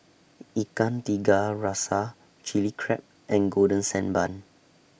Ikan Tiga Rasa Chili Crab and Golden Sand Bun